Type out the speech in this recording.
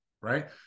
right